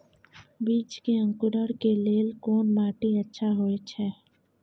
बीज के अंकुरण के लेल कोन माटी अच्छा होय छै?